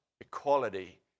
equality